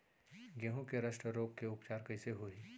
गेहूँ के रस्ट रोग के उपचार कइसे होही?